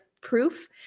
proof